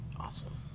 Awesome